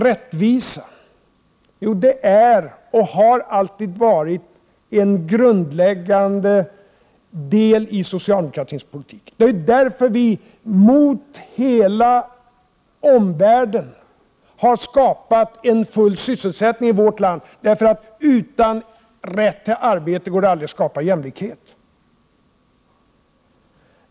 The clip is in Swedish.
Rättvisa är och har alltid varit en grundläggande del i socialdemokratins politik. Det är därför vi till skillnad från hela omvärlden har skapat full sysselsättning i vårt land. Utan rätt till arbete går det aldrig att skapa jämlikhet.